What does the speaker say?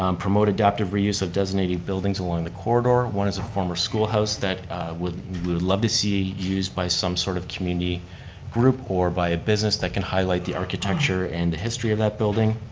um promote adaptive reuse of designated buildings along the corridor, one is a former schoolhouse that would love to see used by some sort of community group or by a business that can highlight the architecture and the history of that building.